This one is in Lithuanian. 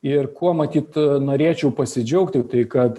ir kuo matyt norėčiau pasidžiaugti tai kad